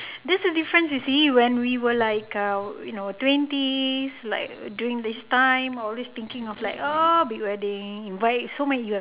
this's the difference you see when we were like uh you know twenties like during this time always thinking of like uh big wedding invite so many